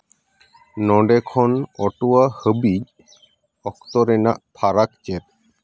ᱱᱚᱰᱮ ᱠᱷᱚᱱ ᱚᱴᱳᱣᱟ ᱦᱟᱹᱵᱤᱡ ᱚᱠᱛᱚ ᱨᱮᱱᱟᱜ ᱯᱷᱟᱨᱟᱠ ᱪᱮᱫ